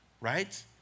right